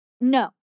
No